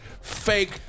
fake